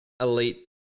elite